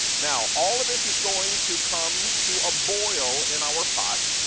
now all of this is going to come to a boil in our pot.